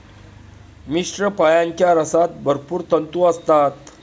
मिश्र फळांच्या रसात भरपूर तंतू असतात